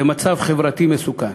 זה מצב חברתי מסוכן.